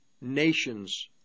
nations